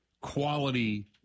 quality